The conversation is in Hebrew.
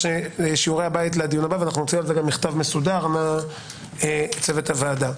שעורי הבית לדיון הבא ונוציא על זה גם מכתב מסודר מצוות הוועדה.